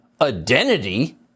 identity